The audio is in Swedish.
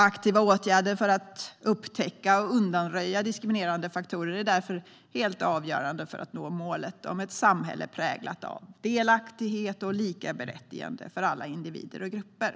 Aktiva åtgärder för att upptäcka och undanröja diskriminerande faktorer är därför helt avgörande för att nå målet om ett samhälle präglat av delaktighet och likaberättigande för alla individer och grupper.